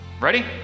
ready